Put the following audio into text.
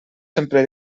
sempre